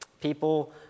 People